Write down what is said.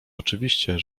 oczywiście